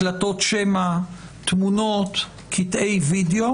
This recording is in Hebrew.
הקלטות שמע, תמונות, קטעי וידאו